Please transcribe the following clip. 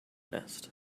nest